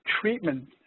treatment